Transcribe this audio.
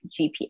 GPS